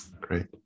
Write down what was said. great